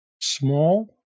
Small